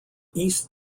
east